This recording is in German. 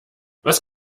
was